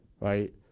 right